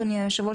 אדוני היושב ראש,